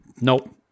Nope